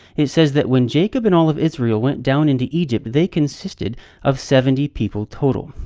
it says that when jacob and all of israel went down into egypt, they consisted of seventy people total.